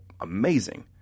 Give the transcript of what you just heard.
amazing